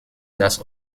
das